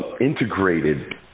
integrated